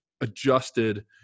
adjusted